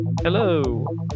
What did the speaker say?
Hello